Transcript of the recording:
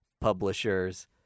publishers